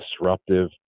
disruptive